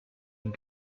and